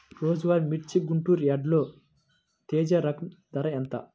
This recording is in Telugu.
ఈరోజు మిర్చి గుంటూరు యార్డులో తేజ రకం ధర ఎంత?